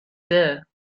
there